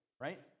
right